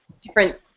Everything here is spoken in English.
different